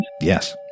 Yes